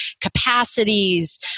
capacities